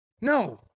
No